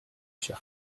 cher